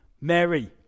Mary